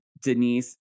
Denise